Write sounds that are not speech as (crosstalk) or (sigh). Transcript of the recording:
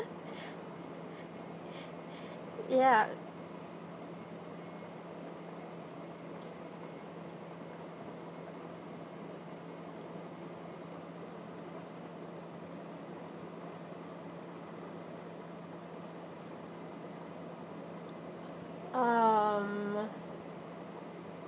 (breath) ya um